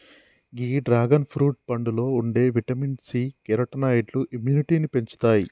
గీ dragon fruit పండులో ఉండే vitamin C, కెరోటినాయిడ్లు ఇమ్యునిటీని పెంచుతాయి